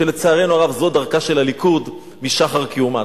ולצערנו הרב זו דרכה של הליכוד משחר קיומה.